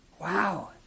Wow